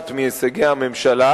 מקצת הישגי הממשלה.